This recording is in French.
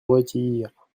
retire